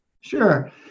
Sure